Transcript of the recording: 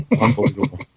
Unbelievable